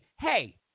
hey